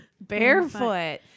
Barefoot